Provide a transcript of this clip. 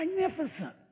magnificent